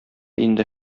инде